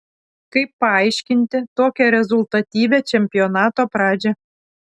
kaip paaiškinti tokią rezultatyvią čempionato pradžią